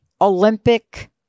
Olympic